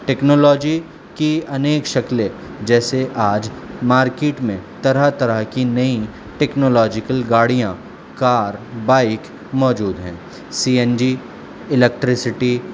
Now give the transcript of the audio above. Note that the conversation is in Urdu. ٹیکنالوجی کی انیک شکلیں جیسے آج مارکیٹ میں طرح طرح کی نئی ٹیکنالوجیکل گاڑیاں کار بائک موجود ہیں سی این جی الیکٹریسٹی